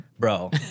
Bro